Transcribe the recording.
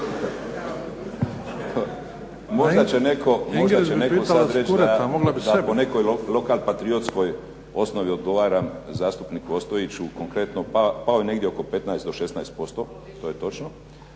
Možda će netko sad reć da po nekoj lokal-patriotskoj osnovi odgovaram zastupniku Ostojiću, konkretno pao je negdje oko 15 do 16%, to je točno.